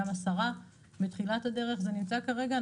גם השרה הנחתה וזה נמצא כרגע בתחילת הדרך.